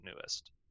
newest